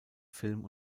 film